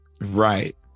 right